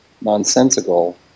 nonsensical